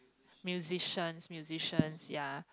musicians musicians ya